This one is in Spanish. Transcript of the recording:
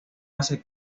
hace